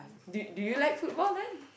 do do you like football then